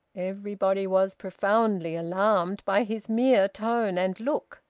everybody was profoundly alarmed by his mere tone and look.